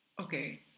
Okay